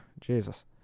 Jesus